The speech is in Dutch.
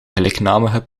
gelijknamige